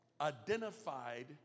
identified